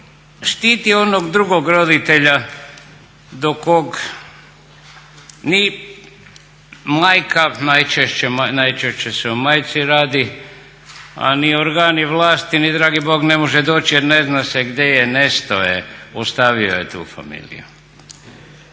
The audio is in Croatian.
štiti onog drugog roditelja do kog ni majka najčešće se o majci radi, a ni organi vlasti ni dragi Bog ne može doći jer ne zna se gdje je, nestao je, ostavio je tu familiju.